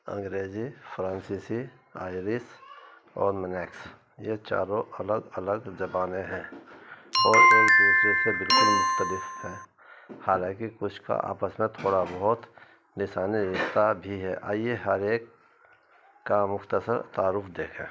انگریزی فرانسیسی آئرس اور منیکس یہ چاروں الگ الگ زبانیں ہیں اور ایک دوسرے سے بالکل مختلف ہیں حالانکہ کچھ کا آپس میں تھوڑا بہت لسانی رشتہ بھی ہے آئیے ہر ایک کا مختصر تعارف دیکھے